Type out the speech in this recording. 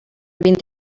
vint